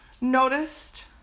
noticed